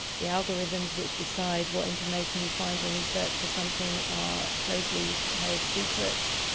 the algorithms which decide what information you find when you search for something are closely held secrets,